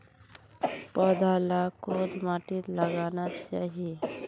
पौधा लाक कोद माटित लगाना चही?